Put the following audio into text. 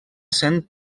sent